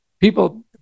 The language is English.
people